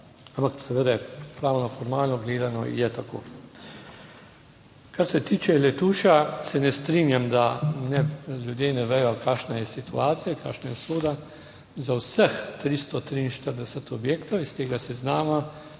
ampak seveda pravno formalno gledano je tako. Kar se tiče Letuša, se ne strinjam, da ljudje ne vedo, kakšna je situacija, kakšna je usoda. Za vseh 343 objektov iz tega seznama